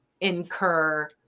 incur